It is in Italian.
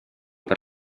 per